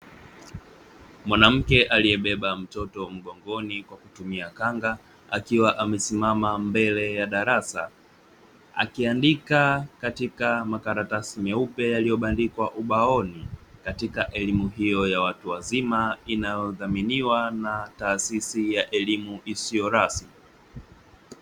Mwanamke aliyebeba mtoto mgongoni kwa kutumia kanga akiwa amesimama mbele ya darasa akiandika katika makaratasi meupe yaliyobandikwa ubaoni katika elimu hiyo ya watu wazima inayodhaminiwa na taasisi ya elimu isiyo rasmi.